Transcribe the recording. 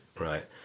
right